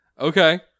okay